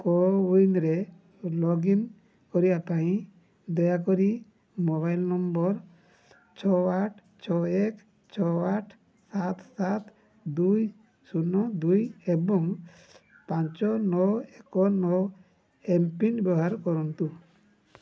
କୋୱିନରେ login କରିବା ପାଇଁ ଦୟାକରି ମୋବାଇଲ୍ ନମ୍ବର୍ ଛଅ ଆଠ ଛଅ ଏକ ଛଅ ଆଠ ସାତ ସାତ ଦୁଇ ଶୂନ ଦୁଇ ଏବଂ ପାଞ୍ଚ ନଅ ଏକ ନଅ ଏମ୍ପିନ୍ ବ୍ୟବହାର କରନ୍ତୁ